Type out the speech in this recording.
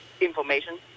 information